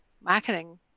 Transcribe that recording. marketing